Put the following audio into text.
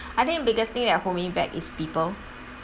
I think the biggest thing that hold me back is people